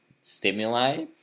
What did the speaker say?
stimuli